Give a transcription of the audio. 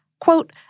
Quote